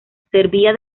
servía